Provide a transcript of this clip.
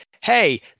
hey